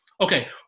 Okay